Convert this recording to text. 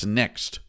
next